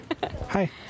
hi